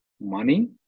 money